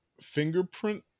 fingerprint